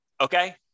Okay